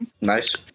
nice